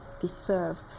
deserve